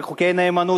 חוקי נאמנות,